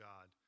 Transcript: God